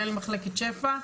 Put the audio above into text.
בסדר.